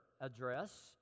address